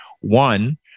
One